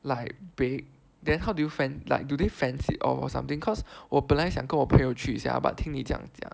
like big then how did you fen~ like do they fence it or something cause 我本来想跟我朋友去 sia but 听你这样讲